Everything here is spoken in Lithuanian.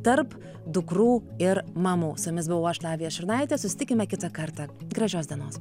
tarp dukrų ir mamų su jumis buvau aš lavija šurnaitė susitikime kitą kartą gražios dienos